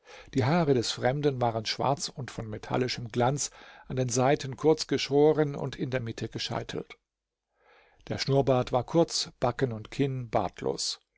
die haare des fremden waren schwarz und von metallischem glanz an den seiten kurz geschoren und in der mitte gescheitelt der schnurrbart war kurz backen und kinn bartlos